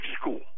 school